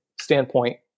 standpoint